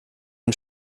und